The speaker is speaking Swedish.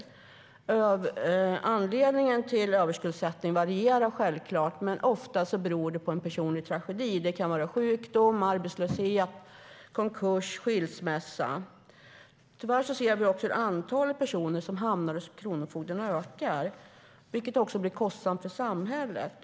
Anledningen till överskuldsättning varierar självklart, men ofta beror det på en personlig tragedi. Det kan vara sjukdom, arbetslöshet, konkurs och skilsmässa. Tyvärr ser vi att antalet personer som hamnar hos kronofogden ökar, vilket också blir kostsamt för samhället.